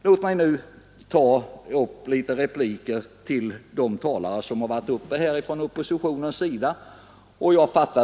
Låt mig sedan rikta en del repliker till de talare från oppositionssidan som varit uppe i debatten.